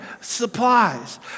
supplies